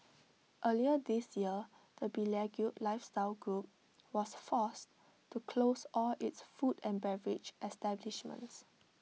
earlier this year the beleaguered lifestyle group was forced to close all its food and beverage establishments